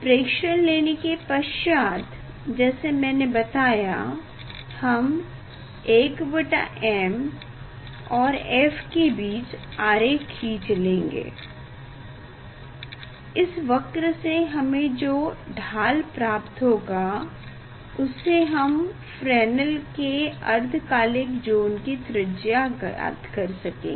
प्रेक्षण लेने के पश्चात जैसा मैने बताया हम 1m और f के बीच आरेख खींच लेंगे इस वक्र से हमे जो ढाल प्राप्त होगा उससे आप फ्रेनेल के अर्धकालिक ज़ोन की त्रिज्या ज्ञात कर सकेंगे